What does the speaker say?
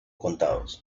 contados